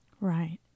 Right